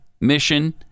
mission